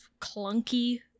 clunky